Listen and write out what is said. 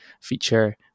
feature